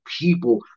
people